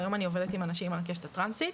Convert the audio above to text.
והיום אני עובדת עם אנשים על הקשת הטרנסית.